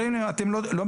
אומרים להם שהם לא מתכננים,